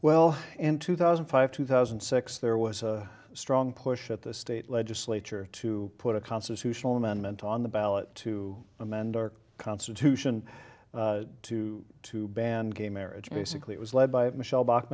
well in two thousand and five two thousand and six there was a strong push at the state legislature to put a constitutional amendment on the ballot to amend our constitution to to ban gay marriage basically it was led by michele b